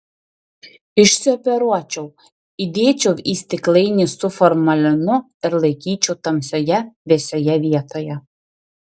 išsioperuočiau įdėčiau į stiklainį su formalinu ir laikyčiau tamsioje vėsioje vietoje